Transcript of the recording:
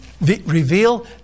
reveal